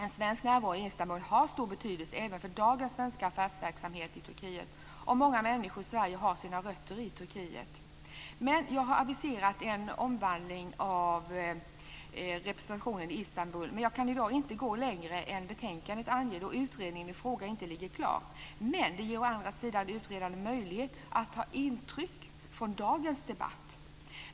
En svensk närvaro i Istanbul har stor betydelse även för dagens svenska affärsverksamhet i Turkiet, och många människor i Sverige har sina rötter i Turkiet. Jag har aviserat en omvandling av representationen i Istanbul, men jag kan i dag inte gå längre än vad som anges i betänkandet då utredningen i frågan inte ligger klar. Det ger å andra sidan utredaren en möjlighet att ta intryck av dagens debatt.